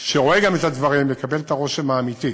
שגם רואה את הדברים, יקבל את הרושם האמיתי,